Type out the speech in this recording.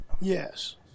Yes